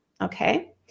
Okay